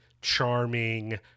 charming